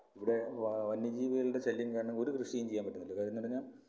ഇവിടെ വന്യജീവികളുടെ ശല്യം കാരണം ഒരു കൃഷിയും ചെയ്യാൻ പറ്റുന്നില്ല കാര്യം എന്ന് പറഞ്ഞാൽ